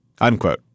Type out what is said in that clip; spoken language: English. unquote